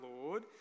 Lord